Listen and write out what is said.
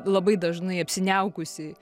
labai dažnai apsiniaukusį